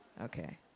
Okay